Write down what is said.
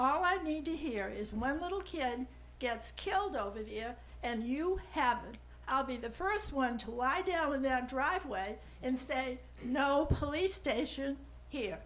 all i need to hear is one little kid gets killed over here and you have i'll be the first one to lie down in their driveway and say no police station here